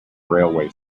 railway